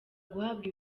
guhabwa